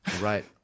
Right